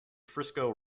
frisco